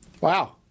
Wow